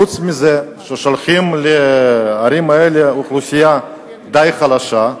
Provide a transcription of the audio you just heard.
חוץ מזה ששולחים לערים האלה אוכלוסייה די חלשה,